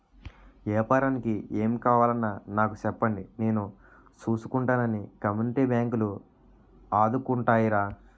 ఏపారానికి ఏం కావాలన్నా నాకు సెప్పండి నేను సూసుకుంటానని కమ్యూనిటీ బాంకులు ఆదుకుంటాయిరా